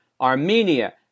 Armenia